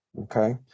Okay